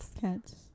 Cats